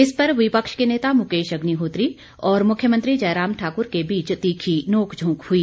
इस पर विपक्ष के नेता मुकेश अग्रिहोत्री और मुख्यमंत्री जयराम के बीच तीखी नोक झोंक हुई